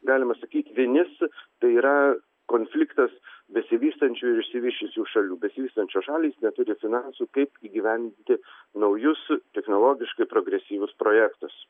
galima sakyt vinis tai yra konfliktas besivystančių ir išsivysčiusių šalių besivystančios šalys neturi finansų kaip įgyvendinti naujus technologiškai progresyvius projektus